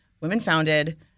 women-founded